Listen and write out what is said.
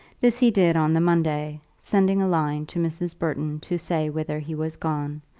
this he did on the monday, sending a line to mrs. burton to say whither he was gone,